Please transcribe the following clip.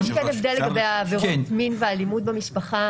יש כאן הבדל בעבירות מין ואלימות במשפחה,